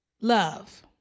love